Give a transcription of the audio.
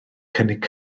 cynnig